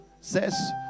says